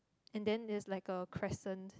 and then there's like a crescent